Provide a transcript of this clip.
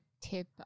tip